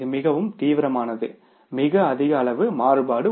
இது மிகவும் தீவிரமானது மிக அதிக அளவு மாறுபாடு